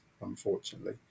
unfortunately